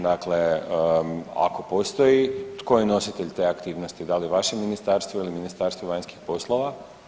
Dakle, ako postoji tko je nositelj te aktivnosti da li vaše ministarstvo ili Ministarstvo vanjskih poslova?